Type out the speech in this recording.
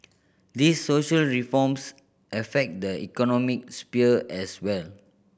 these social reforms affect the economic sphere as well